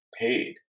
paid